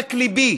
מעומק ליבי.